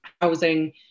housing